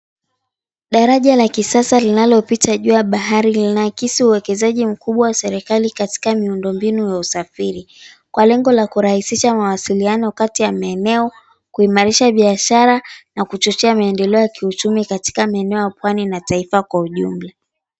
Daraja la kisasa linalopita juu ya bahari lina akisi uwekezaji kubwa wa serikali katika miuundo mbinu ya usafiri, kwa lengo la kurahihisha mawasiliano kati ya maeneo, kuimarisha biashara na kuchochea maendeleo ya kiuchumi katika maeneo ya pwani na taifa kwa ujumla.